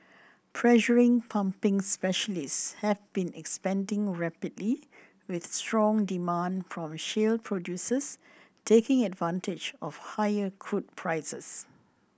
pressure pumping specialists have been expanding rapidly with strong demand from shale producers taking advantage of higher crude prices